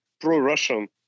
pro-Russian